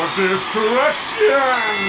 destruction